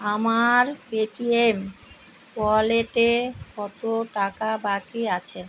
আমার পেটিএম ওয়ালেটে কত টাকা বাকি আছে